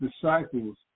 disciples